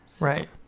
Right